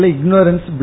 Ignorance